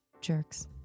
jerks